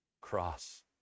cross